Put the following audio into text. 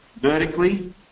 Vertically